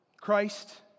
Christ